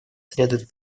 следует